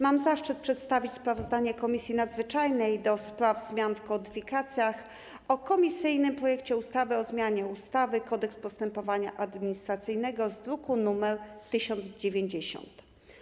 Mam zaszczyt przedstawić sprawozdanie Komisji Nadzwyczajnej do spraw zmian w kodyfikacjach o komisyjnym projekcie ustawy o zmianie ustawy - Kodeks postępowania administracyjnego z druku nr 1090.